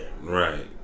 Right